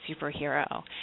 superhero